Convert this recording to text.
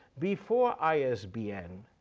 before isbn,